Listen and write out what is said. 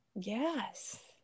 Yes